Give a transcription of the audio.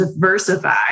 diversify